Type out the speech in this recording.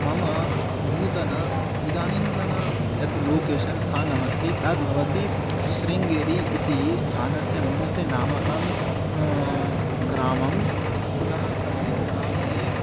मम नूतनम् इदानीन्तन यत् लोकेसन् स्थानमस्ति तद् भवति शृङ्गेरिः इति स्थानस्य मिणसे नामकं ग्रामं पुनः तस्मिन् ग्रामे